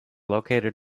located